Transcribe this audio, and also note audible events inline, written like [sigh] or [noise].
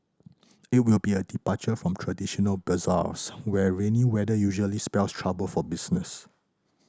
[noise] it will be a departure from traditional bazaars where rainy weather usually spells trouble for business